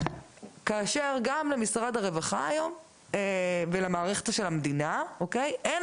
כאשר גם למשרד הרווחה ולמערכת של המדינה אין